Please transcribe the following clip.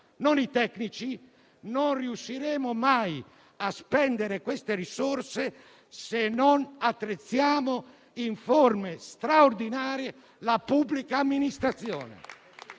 non i tecnici, non riusciremo mai a spendere le risorse, se non attrezzeremo in forme straordinarie la pubblica amministrazione.